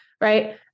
right